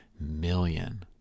million